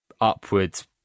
upwards